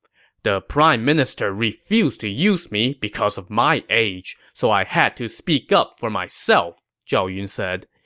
the prime minister refused to use me because of my age, so i had to speak up for myself, zhao yun said.